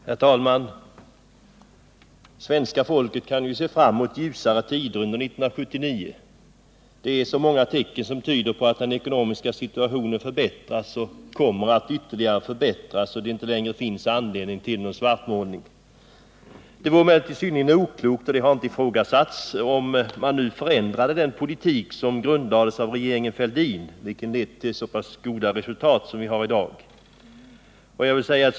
Herr talman! Svenska folket kan se fram mot ljusare tider under 1979. Så många tecken tyder på att den ekonomiska situationen har förbättrats och kommer att ytterligare förbättras att det inte längre finns anledning till någon svartmålning. Det vore emellertid synnerligen oklokt — och det har inte heller ifrågasatts — att nu förändra den politik som grundlades av regeringen Fälldin och som har lett till så pass goda resultat som vi har nått i dag.